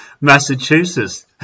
Massachusetts